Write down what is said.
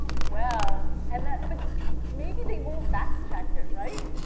well, and that but maybe they won't back check it, right?